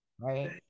Right